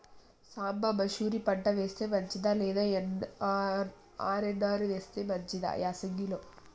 సాంబ మషూరి పంట వేస్తే మంచిదా లేదా ఆర్.ఎన్.ఆర్ వేస్తే మంచిదా యాసంగి లో?